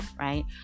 right